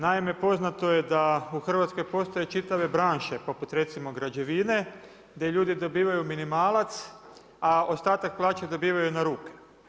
Naime, poznato je da u Hrvatskoj postoje čitave branše poput recimo građevine gdje ljudi dobivaju minimalac a ostatak plaće dobivaju na ruke.